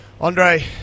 Andre